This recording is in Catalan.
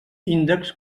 índexs